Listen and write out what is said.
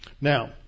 Now